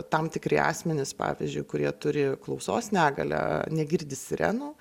tam tikri asmenys pavyzdžiui kurie turi klausos negalią negirdi sirenų